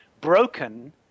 broken